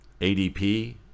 ADP